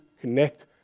connect